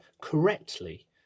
correctly